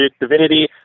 Divinity